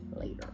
later